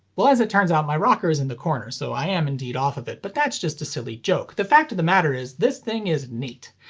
well as it turns out my rocker is in the corner so i am indeed off of it but that's just a silly joke, the fact of the matter is this thing is neat.